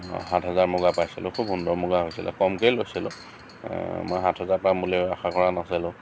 সাতহাজাৰ মুগা পাইছিলোঁ খুব সুন্দৰ মুগা হৈছিলে কমকেই লৈছিলোঁ মই সাত হাজাৰ পাম বুলি আশা কৰা নাছিলোঁ